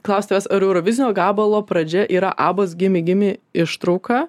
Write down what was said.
klausiu tavęs ar eurovizinio gabalo pradžia yra abos gimme gimme ištrauka